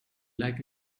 like